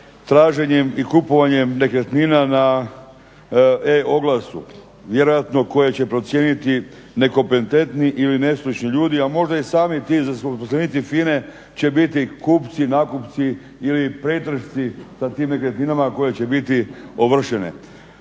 traženjem i kupovanjem nekretnina na e-oglasu, vjerojatno koje će procijeniti nekompetentni ili nestručni ljudi, a možda i sami ti zaposlenici FINA-e će biti kupci, nakupci ili … /Govornik se ne razumije./ … sa tim nekretninama koje će biti ovršene.